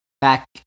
back